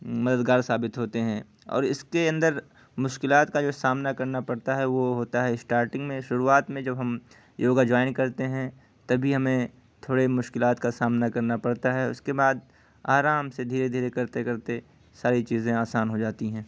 مددگار ثابت ہوتے ہیں اور اس کے اندر مشکلات کا جو سامنا کرنا پڑتا ہے وہ ہوتا ہے اسٹارٹنگ میں شروعات میں جب ہم یوگا جوائن کرتے ہیں تبھی ہمیں تھوڑے مشکلات کا سامنا کرنا پڑتا ہے اس کے بعد آرام سے دھیرے دھیرے کرتے کرتے ساری چیزیں آسان ہو جاتی ہیں